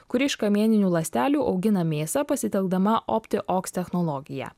kuri iš kamieninių ląstelių augina mėsą pasitelkdama opti oks technologiją